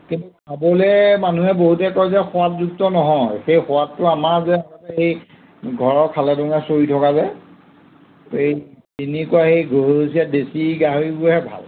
কিন্তু খাবলৈ মানুহে বহুতে কয় যে সোৱাদযুক্ত নহয় সেই সোৱাদটো আমাৰ যে আমাৰ এই ঘৰৰ খালেডঙে চৰি থকা যে এই তেনেকুৱা সেই গৰু দেছি গাহৰিবোৰহে ভাল